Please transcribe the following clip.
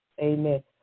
Amen